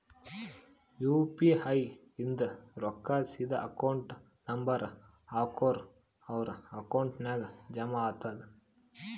you P I ಇಂದ್ ರೊಕ್ಕಾ ಸೀದಾ ಅಕೌಂಟ್ ನಂಬರ್ ಹಾಕೂರ್ ಅವ್ರ ಅಕೌಂಟ್ ನಾಗ್ ಜಮಾ ಆತುದ್